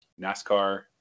NASCAR